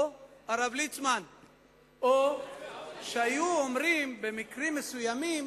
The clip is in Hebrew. או, הרב ליצמן, או שהיו אומרים במקרים מסוימים,